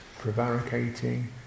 prevaricating